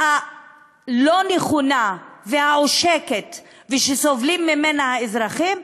הלא-נכונה והעושקת ושסובלים ממנה האזרחים?